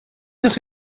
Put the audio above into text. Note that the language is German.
nicht